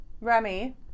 Remy